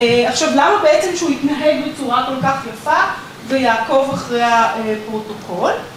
עכשיו למה בעצם שהוא יתנהג בצורה כל כך יפה ויעקב אחרי הפרוטוקול?